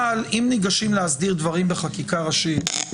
אבל אם ניגשים להסדיר דברים בחקיקה ראשית,